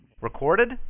Recorded